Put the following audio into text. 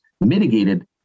mitigated